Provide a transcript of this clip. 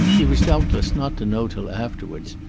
he was doubtless not to know till afterwards,